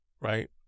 right